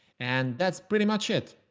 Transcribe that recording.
and that's pretty much it.